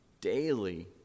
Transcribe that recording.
daily